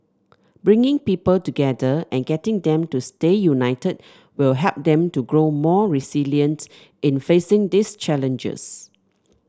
bringing people together and getting them to stay united will help them to grow more resilient in facing these challenges